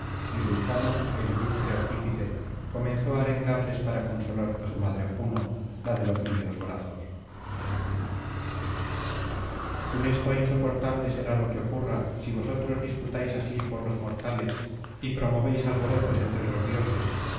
y vulcano el ilustre artífice comenzó á arengarles para consolar á su madre juno la de los niveos brazos funesto é insoportable será lo que ocurra si vosotros disputáis así por los mortales y promovéis alborotos entre los cioses